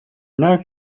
not